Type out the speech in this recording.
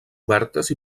obertes